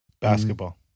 Basketball